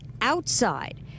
outside